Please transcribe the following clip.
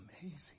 amazing